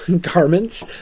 garments